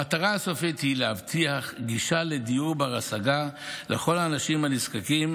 המטרה הסופית היא להבטיח גישה לדיור בר-השגה לכל האנשים הנזקקים,